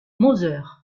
moser